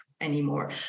anymore